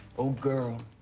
oh, girl.